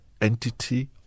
entity